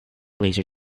laser